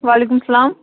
وعلیکُم السلام